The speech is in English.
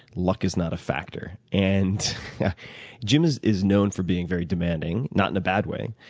luck is not a factor. and jim is is known for being very demanding, not in a bad way.